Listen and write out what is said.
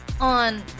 on